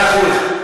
מאה אחוז.